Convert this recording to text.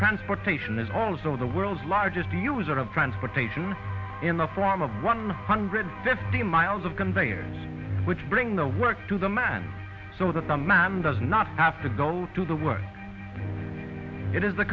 transportation is also the world's largest user of transportation in the form of one hundred fifty miles of conveyers which bring the work to the man so that the man does not have to go to the work it is a